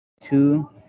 Two